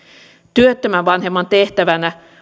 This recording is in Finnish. työttömän vanhemman tehtävänä